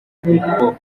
kuko